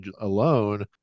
alone